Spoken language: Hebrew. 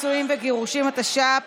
ההצעה להעביר לוועדה את הצעת